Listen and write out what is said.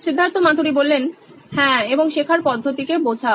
Siddharth Maturi C E O Noyin electronics হ্যাঁ এবং শেখার পদ্ধতিকে বোঝা